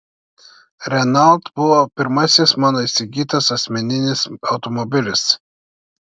renault buvo pirmasis mano įsigytas asmeninis automobilis